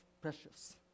precious